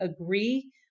agree